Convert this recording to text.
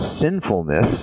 sinfulness